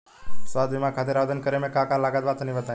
स्वास्थ्य बीमा खातिर आवेदन करे मे का का लागत बा तनि बताई?